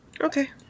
Okay